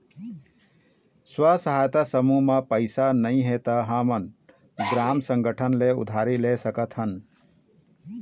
स्व सहायता समूह म पइसा नइ हे त हमन ग्राम संगठन ले उधारी ले सकत हन